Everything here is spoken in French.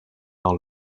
dans